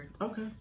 Okay